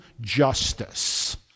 justice